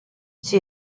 she